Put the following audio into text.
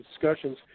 discussions